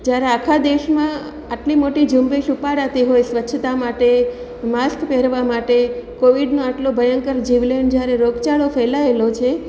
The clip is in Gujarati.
જ્યારે આખા દેશમાં આટલી મોટી ઝુંબેશ ઉપાડાતી હોય સ્વચ્છતા માટે માસ્ક પહેરવા માટે કોવિડનો આટલો ભયંકર જીવલેણ જ્યારે રોગચાળો ફેલાયેલો છે